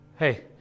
Hey